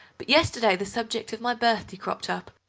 but yesterday the subject of my birthday cropped up,